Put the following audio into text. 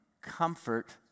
Comfort